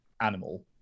animal